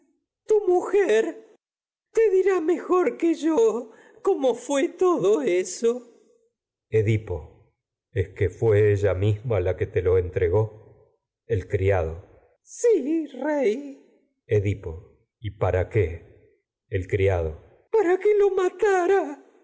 esto mujer te dirá mejor que cómo todo edipo es que fué ella misma la rey que te lo entregó el criado sí edipo el y para qué que criado para lo matara